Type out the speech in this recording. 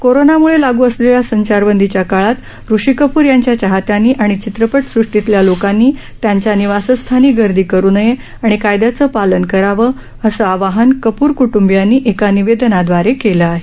कोरोनामुळे लागू असलेल्या संचारबंदीच्या काळात ऋषी कपूर यांच्या चाहत्यांनी आणि चित्रपट सृष्टीतल्या लोकांनी त्यांच्या निवासस्थानी गर्दी करू नये आणि कायद्याचं पालन करावं असं आवाहन कपूर कुटुंबीयांनी एका निवेदनाद्वारे केलं आहे